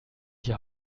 die